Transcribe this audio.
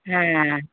হ্যাঁ